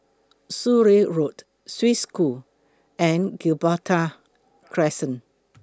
Surrey Road Swiss School and Gibraltar Crescent